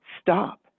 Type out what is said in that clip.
stop